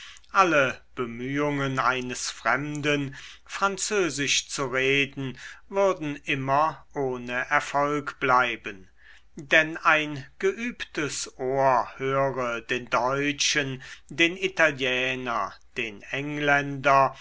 alle bemühungen eines fremden französisch zu reden würden immer ohne erfolg bleiben denn ein geübtes ohr höre den deutschen den italiener den engländer